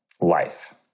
life